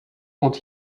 quand